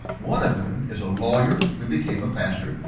one of whom is a lawyer who became a pastor,